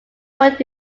word